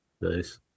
Nice